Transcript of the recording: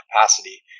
capacity